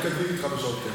תודה.